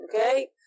okay